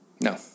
No